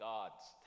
God's